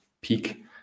peak